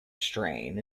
strain